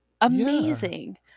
amazing